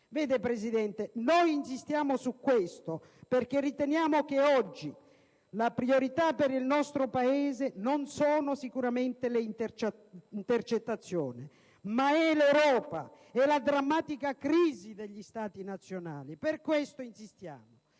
Vede, Presidente, noi insistiamo su questo perché riteniamo che oggi per il nostro Paese la priorità non sono le intercettazioni, ma è l'Europa e la drammatica crisi degli Stati nazionali. Per questo insistiamo.